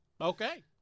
okay